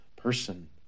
person